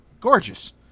gorgeous